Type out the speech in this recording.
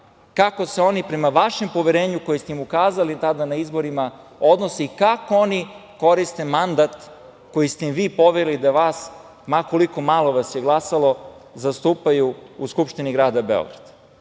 kako se oni prema vašem poverenju koji ste im ukazali tada na izborima odnosi kako oni koriste mandat koji ste im vi poverili da vas, ma koliko malo vas je glasalo, zastupaju u Skupštini grada Beograda